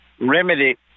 remedy